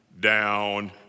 Down